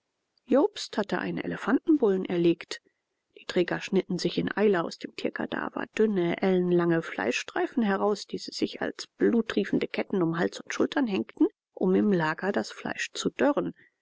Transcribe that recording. jobst hatte einen elefantenbullen erlegt die träger schnitten sich in eile aus dem tierkadaver dünne ellenlange fleischstreifen heraus die sie sich als bluttriefende ketten um hals und schultern hängten um im lager das fleisch zu dörren